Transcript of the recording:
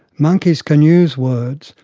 monkeys can use words,